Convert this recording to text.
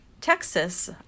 Texas